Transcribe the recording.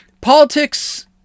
Politics